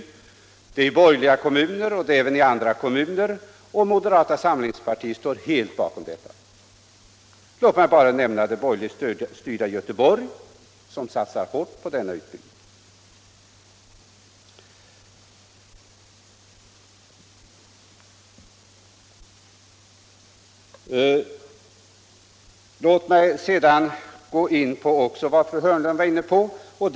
Det gäller borgerligt styrda kommuner lika väl som andra kommuner, och moderata samlingspartiet står helt bakom dessa strävanden. Låt mig bara nämna det borgerligt styrda Göteborg som satsar hårt på denna utbyggnad. Fru Hörnlund nämnde också de ensamma föräldrarna.